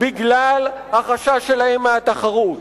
בגלל החשש שלהם מהתחרות,